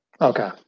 Okay